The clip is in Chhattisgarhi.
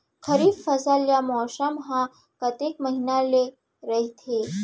खरीफ फसल या मौसम हा कतेक महिना ले रहिथे?